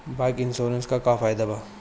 Bike insurance से का फायदा बा?